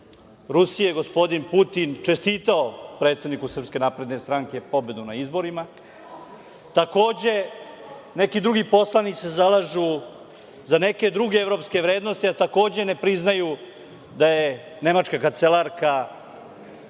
Rusije, gospodin Putin, čestitao predsedniku SNS pobedu na izborima. Takođe, neki drugi poslanici se zalažu za neke druge evropske vrednosti, a takođe ne priznaju da su nemačka kancelarka,